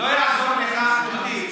לסדר בפעם השלישית.